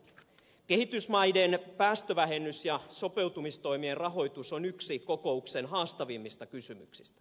kehitysmaiden päästövähennys ja sopeutumistoimien rahoitus on yksi kokouksen haastavimmista kysymyksistä